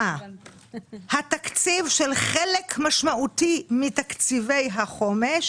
התקציב של חלק משמעותי מתקציבי החומש"